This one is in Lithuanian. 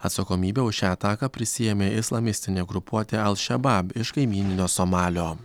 atsakomybę už šią ataką prisiėmė islamistinė grupuotė al šebab iš kaimyninio somalio